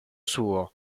suo